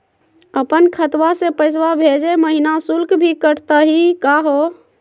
अपन खतवा से पैसवा भेजै महिना शुल्क भी कटतही का हो?